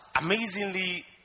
Amazingly